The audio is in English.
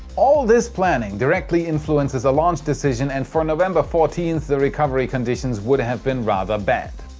all this planning directly influences a launch decision and for november fourteenth the recovery conditions would have been rather bad.